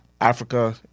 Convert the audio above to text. Africa